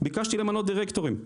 ביקשתי למנות דירקטורים,